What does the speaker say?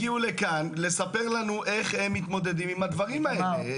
ולא הגיעו לכאן לספר לנו איך הם מתמודדים עם הדברים האלה.